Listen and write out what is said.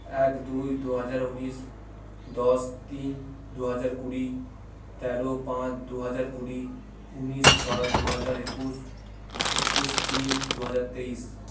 এক দুই দুহাজার উনিশ দশ তিন দুহাজার কুড়ি তেরো পাঁচ দুহাজার কুড়ি উনিশ ছয় দুহাজার একুশ একুশ তিন দুহাজার তেইশ